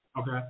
Okay